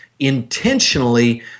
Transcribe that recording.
intentionally